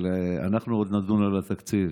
אנחנו עוד נדון על התקציב